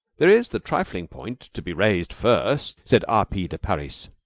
there is the trifling point to be raised first said r. p. de parys.